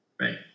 Right